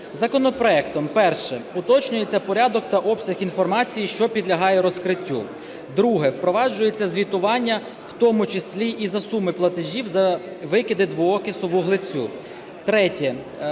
Законопроектом – перше: уточнюється порядок та обсяг інформації, що підлягає розкриттю. Друге: впроваджується звітування, в тому числі і за суми платежів за викиди двоокису вуглецю. Третє: